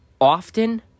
Often